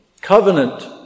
Covenant